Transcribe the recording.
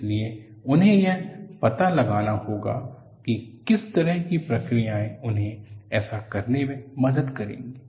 इसलिए उन्हें यह पता लगाना होगा कि किस तरह की प्रक्रियाएं उन्हें ऐसा करने में मदद करेंगी